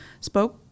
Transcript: spoke